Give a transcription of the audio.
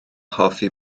hoffi